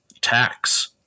tax